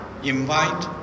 invite